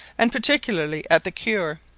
and particularly at the cour.